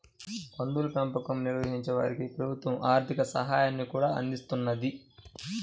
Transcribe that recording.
పందుల పెంపకం నిర్వహించే వారికి ప్రభుత్వం ఆర్ధిక సాయాన్ని కూడా అందిస్తున్నది